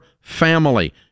family